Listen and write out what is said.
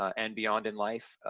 and beyond in life.